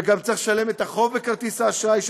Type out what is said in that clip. וגם צריך לשלם את החוב בכרטיס האשראי,